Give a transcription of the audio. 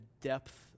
depth